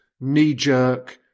knee-jerk